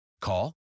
Call